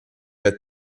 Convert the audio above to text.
der